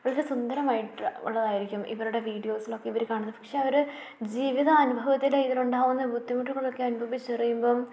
വളരെ സുന്ദരമായിട്ട് ഉള്ളതായിരിക്കും ഇവരുടെ വീഡിയോസിലൊക്കെ ഇവർ കാണുന്നത് പക്ഷെ അവർ ജീവിത അനുഭവത്തിൽ ഇതിലുണ്ടാകുന്ന ബുദ്ധിമുട്ടുകളൊക്കെ അനുഭവിച്ചറിയുമ്പം